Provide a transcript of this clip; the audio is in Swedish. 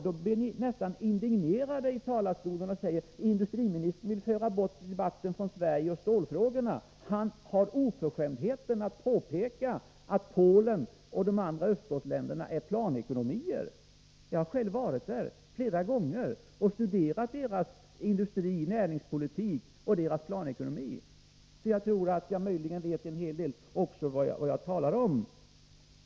Ni blir nästan indignerade och säger här i talarstolen att industriministern vill föra bort debatten från Sverige och stålfrågorna — han har oförskämdheten att påpeka att Polen och de andra östblocksländerna är planekonomier. Jag har själv varit där flera gånger och studerat deras industrioch näringspolitik och deras planekonomi, så jag tror att jag vet en hel del om vad jag talar om.